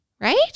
right